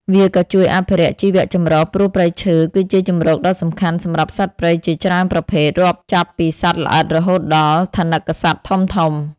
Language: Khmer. វាក៏ជួយអភិរក្សជីវៈចម្រុះ ព្រោះព្រៃឈើគឺជាជម្រកដ៏សំខាន់សម្រាប់សត្វព្រៃជាច្រើនប្រភេទ រាប់ចាប់ពីសត្វល្អិតរហូតដល់ថនិកសត្វធំៗ។